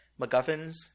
MacGuffins